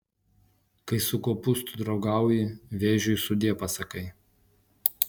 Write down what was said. kai su kopūstu draugauji vėžiui sudie pasakai